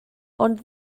ond